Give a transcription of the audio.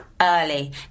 Early